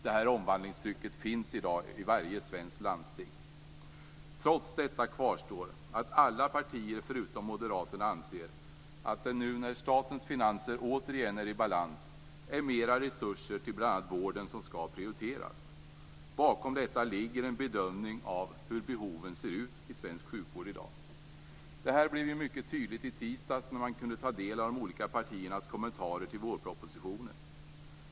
Det omvandlingstrycket finns i dag i varje svenskt landsting. Trots detta kvarstår att alla partierna, förutom Moderaterna, anser att nu när statens finanser återigen är i balans är det mera resurser till bl.a. vården som skall prioriteras. Bakom detta ligger en bedömning av hur behoven ser ut i svensk sjukvård i dag. Det här blev tydligt i tisdags när man kunde ta del av de olika partiernas kommentarer till vårpropositionen.